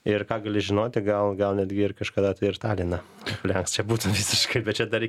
ir ką gali žinoti gal gal netgi ir kažkada tai ir taliną aplenks čia būtų visiškai bet čia dar